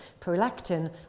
prolactin